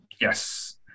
yes